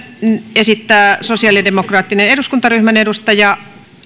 esittää sosiaalidemokraattisen eduskuntaryhmän edustaja